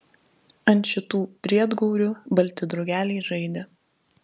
ant šitų briedgaurių balti drugeliai žaidė